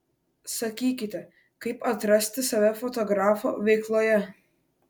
sakykite kaip atrasti save fotografo veikloje